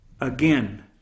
Again